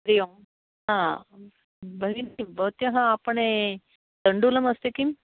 हरि ओम् भगिनी भवत्याः आपणे तण्डुलम् अस्ति किम्